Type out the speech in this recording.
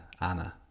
Anna